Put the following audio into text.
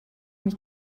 mich